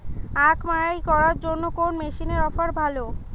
আখ মাড়াই করার জন্য কোন মেশিনের অফার ভালো?